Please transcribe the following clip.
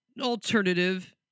alternative